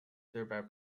thereby